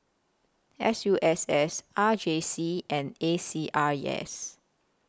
S U SS R J C and A C R E S